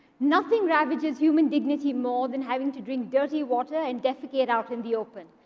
nothing ravages human dignity more than having to drink dirty water and defecate out in the open.